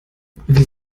wie